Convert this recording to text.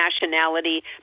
nationality